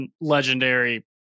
legendary